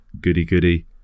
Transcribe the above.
goody-goody